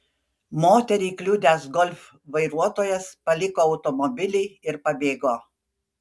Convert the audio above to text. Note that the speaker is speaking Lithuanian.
moterį kliudęs golf vairuotojas paliko automobilį ir pabėgo